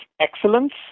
excellence